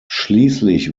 schließlich